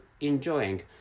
enjoying